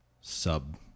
sub